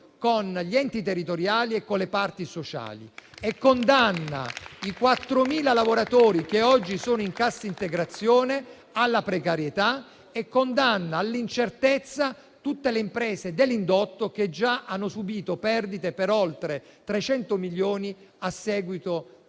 con gli enti territoriali e con le parti sociali, condanna i 4.000 lavoratori che oggi sono in cassa integrazione alla precarietà e condanna all'incertezza tutte le imprese dell'indotto che già hanno subìto perdite per oltre 300 milioni a seguito